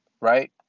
Right